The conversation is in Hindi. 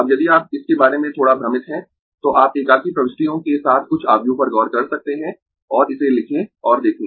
अब यदि आप इसके बारे में थोड़ा भ्रमित है तो आप एकाकी प्रविष्टियों के साथ कुछ आव्यूह पर गौर कर सकते है और इसे लिखें और देखें